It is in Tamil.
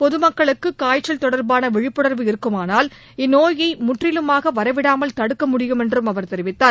பொதமக்களுக்கு காய்ச்சல் தொடர்பான விழிப்புணர்வு இருக்குமானால் இந்நோயை முற்றிலுமாக வரவிடாமல் தடுக்க முடியும் என்றும் அவர் தெரிவித்தார்